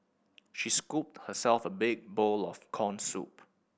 she scooped herself a big bowl of corn soup